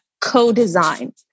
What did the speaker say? co-design